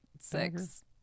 six